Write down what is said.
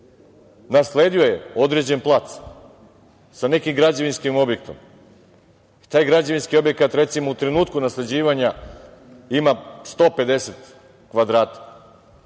nasleđuje određen plac sa nekim građevinskim objektom, taj građevinski objekat, recimo u trenutku nasleđivanja ima 150 kvadrata